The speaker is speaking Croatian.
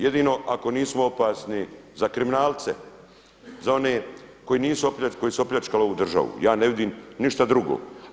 Jedino ako nismo opasni za kriminalce za one koji su opljačkali ovu državu, ja ne vidim ništa drugo.